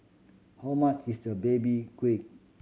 how much is a baby quid